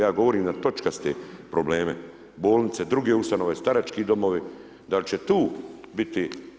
Ja govorim na točkaste probleme, bolnice, druge ustanove, starački domovi, dal će tu biti?